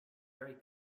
very